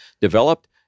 developed